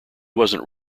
wasn’t